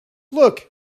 look